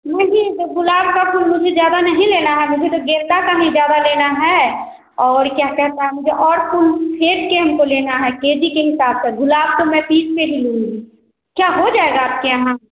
नहीं तो गुलाब का फूल मुझे ज़्यादा नहीं लेना है मुझे तो गेंदा का ही ज़्यादा लेना है और क्या कहता है मुझे और फूल फेट के हमको लेना है के जी के हिसाब से गुलाब तो मैं पीस में ही लूँगी क्या हो जाएगा आपके यहाँ